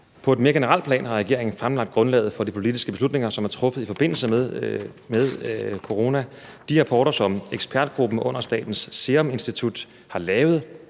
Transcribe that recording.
På et mere generelt plan har regeringen fremlagt grundlaget for de politiske beslutninger, som er truffet i forbindelse med corona. De rapporter, som ekspertgruppen under Statens Serum Institut, har lavet,